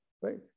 Right